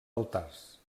altars